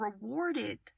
rewarded